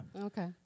Okay